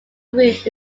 group